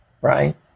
Right